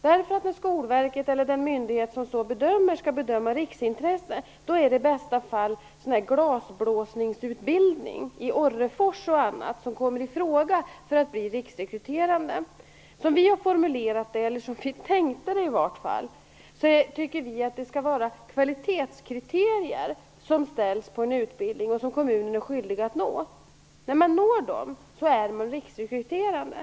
När Skolverket eller den myndighet som bedömer detta skall bedöma riksintresset är det i bästa fall t.ex. glasblåsningsutbildning i Orrefors som kommer i fråga för att bli riksrekryterande. Som vi har tänkt det hela tycker vi att det skall vara kvalitetskriterier som ställs på en utbildning och som kommunen är skyldiga att nå. När dessa nås är utbildningen riksrekryterande.